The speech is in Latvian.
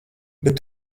bet